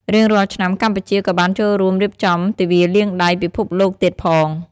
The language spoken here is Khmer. រៀងរាល់ឆ្នាំ កម្ពុជាក៏បានចូលរួមរៀបចំ ទិវាលាងដៃពិភពលោកទៀតផង។